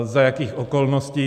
Za jakých okolností?